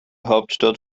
hauptstadt